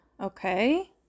okay